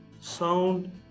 sound